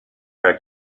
era